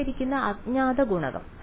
ഉൾപ്പെട്ടിരിക്കുന്ന അജ്ഞാത ഗുണകം